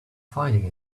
finding